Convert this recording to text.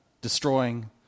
destroying